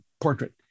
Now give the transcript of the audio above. portrait